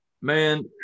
Man